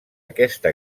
aquesta